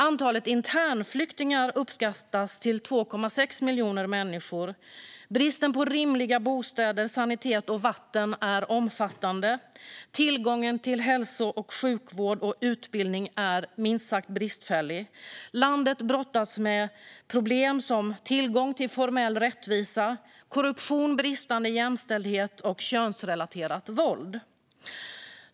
Antalet internflyktingar uppskattas till 2,6 miljoner människor. Bristen på rimliga bostäder, sanitet och vatten är omfattande. Tillgången till hälso och sjukvård och utbildning är minst sagt bristfällig. Landet brottas med problem som bristande tillgång till formell rättvisa, korruption, bristande jämställdhet och könsrelaterat våld.